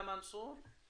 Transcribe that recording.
מנסור.